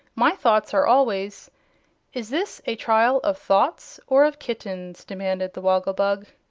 my thoughts are always is this a trial of thoughts, or of kittens? demanded the woggle-bug.